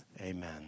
amen